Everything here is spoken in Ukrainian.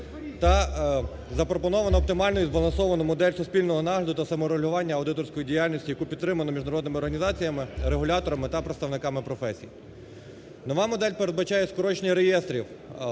та запропоновано оптимальну і збалансовану модель суспільного нагляду та саморегулювання аудиторською діяльністю, яку підтримано міжнародними організаціями, регуляторами та представниками професій. Нова модель передбачає скорочення реєстрів